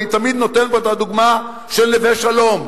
אני תמיד נותן פה את הדוגמה של נווה-שלום,